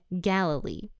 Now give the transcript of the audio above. Galilee